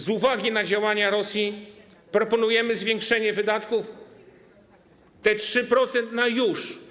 Z uwagi na działania Rosji proponujemy zwiększenie wydatków, 3% na już.